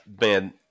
man